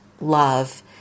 love